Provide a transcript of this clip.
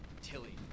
Tilly